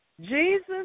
Jesus